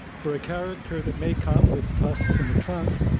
for a character that may come with tusks and a trunk,